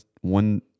one